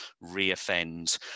re-offend